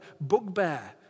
bugbear